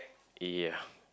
ya